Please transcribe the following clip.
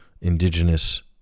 indigenous